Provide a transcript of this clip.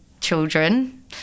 children